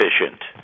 efficient